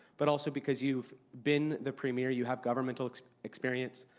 but also because you've been the premier, you have governmental experience,